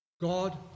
god